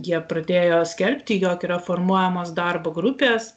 jie pradėjo skelbti jog yra formuojamos darbo grupės